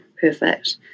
perfect